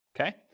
Okay